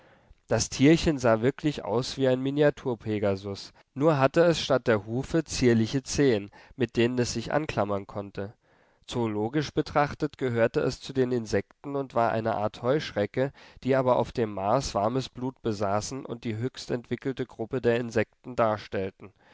das tierchen sah wirklich aus wie ein miniatur pegasus nur hatte es statt der hufe zierliche zehen mit denen es sich anklammern konnte zoologisch betrachtet gehörte es zu den insekten und war eine art heuschrecke die aber auf dem mars warmes blut besaßen und die höchstentwickelte gruppe der insekten darstellten